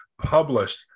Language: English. published